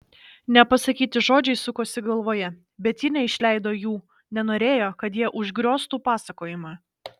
nepasakyti žodžiai sukosi galvoje bet ji neišleido jų nenorėjo kad jie užgrioztų pasakojimą